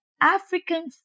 African